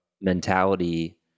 mentality